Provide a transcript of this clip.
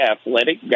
athletic